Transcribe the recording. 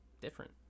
different